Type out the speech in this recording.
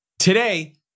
Today